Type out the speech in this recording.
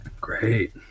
Great